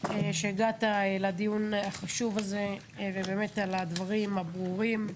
שהגעת לדיון החשוב הזה, ובאמת על הדברים הברורים.